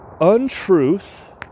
untruth